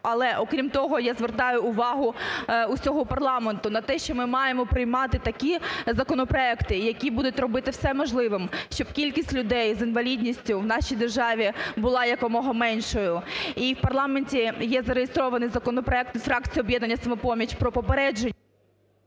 Але, окрім того, я звертаю увагу усього парламенту на те, що ми маємо приймати такі законопроекти, які будуть робити все можливе, щоб кількість людей з інвалідністю в нашій державі була якомога меншою. І в парламенті є зареєстрований законопроект фракції об'єднання "Самопоміч" про попередження…